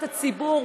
את הציבור,